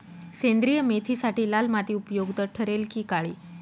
सेंद्रिय मेथीसाठी लाल माती उपयुक्त ठरेल कि काळी?